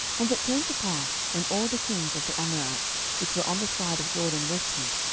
and it came to pass, when all the kings of the amorites, which were on the side of jordan westward,